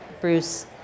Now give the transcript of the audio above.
Bruce